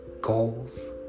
goals